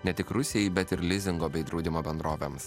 ne tik rusijai bet ir lizingo bei draudimo bendrovėms